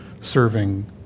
serving